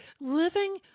living